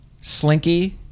slinky